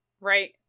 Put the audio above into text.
Right